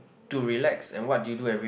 to relax and what do you do every